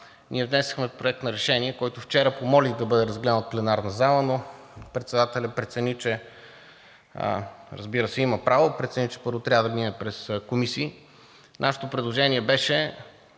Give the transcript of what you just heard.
ние внесохме Проект на решение, който вчера помолих да бъде разгледан от пленарната зала, но председателят прецени – разбира се, има право, прецени, че първо трябва да мине през комисии. Нашето предложение беше